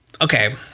okay